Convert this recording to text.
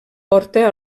porta